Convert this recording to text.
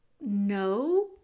no